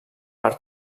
per